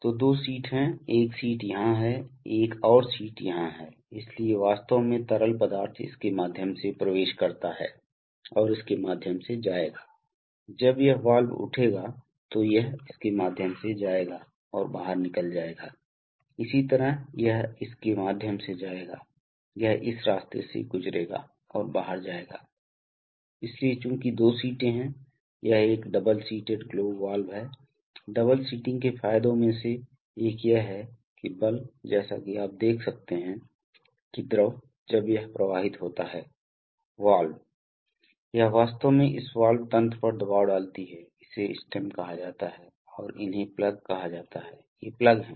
तो दो सीट हैं एक सीट यहाँ है एक और सीट यहाँ है इसलिए वास्तव में तरल पदार्थ इसके माध्यम से प्रवेश करता है और इसके माध्यम से जाएगा जब यह वाल्व उठेगा तो यह इसके माध्यम से जाएगा और बाहर निकल जाएगा इसी तरह यह इसके माध्यम से जाएगा यह इस रास्ते से गुजरेगा और बाहर जाएगा इसलिए चूंकि दो सीटें हैं यह एक डबल सीटेड ग्लोब वाल्व है डबल सीटिंग के फायदों में से एक यह है कि बल जैसा कि आप देख सकते हैं कि द्रव जब यह प्रवाहित होता है वाल्व यह वास्तव में इस वाल्व तंत्र पर दबाव डालती है इसे स्टेम कहा जाता है और इन्हें प्लग कहा जाता है ये प्लग हैं